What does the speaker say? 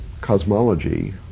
cosmology